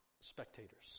Spectators